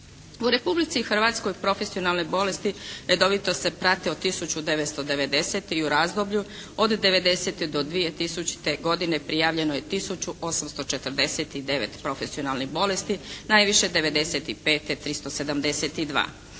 U Republici Hrvatskoj profesionalne bolesti redovito se prate od 1990. i u razdoblju od '90. do 2000. godine prijavljeno je tisuću 849 profesionalnih bolesti, najviše '95. 372.